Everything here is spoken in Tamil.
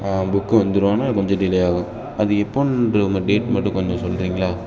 ஆ புக்கு வந்துடும் ஆனால் கொஞ்சம் டிலே ஆகும் அது எப்போன்ற அந்த டேட் மட்டும் கொஞ்சம் சொல்றீங்களா